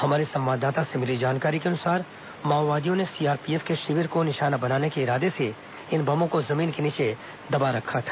हमारे संवाददाता से मिली जानकारी के अनुसार माओवादियों ने सीआरपीएफ के शिविर को निशाना बनाने के इरादे से इन बमों को जमीन के नीचे दबा रखा था